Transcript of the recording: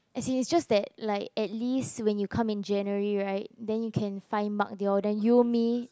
as in it's just that like at least when you come in January right then you can find Mark they all then you me